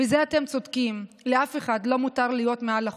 בזה אתם צודקים, לאף אחד לא מותר להיות מעל החוק.